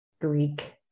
Greek